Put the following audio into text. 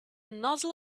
nozzle